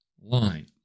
line